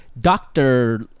Doctor